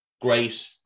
great